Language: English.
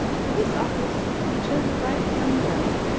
for this office he chose a bright young girl,